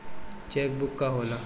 Check book का होला?